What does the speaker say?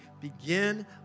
begin